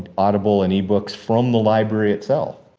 audible and ebooks from the library itself.